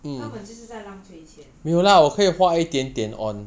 五百块买鞋根本就是在浪费钱